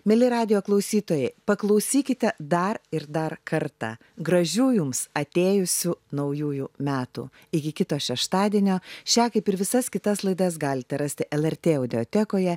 mieli radijo klausytojai paklausykite dar ir dar kartą gražių jums atėjusių naujųjų metų iki kito šeštadienio šią kaip ir visas kitas laidas galite rasti lrt audiotekoje